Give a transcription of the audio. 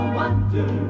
wonder